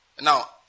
Now